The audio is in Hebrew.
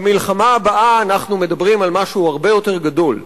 במלחמה הבאה אנחנו מדברים על משהו הרבה יותר גדול.